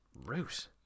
Root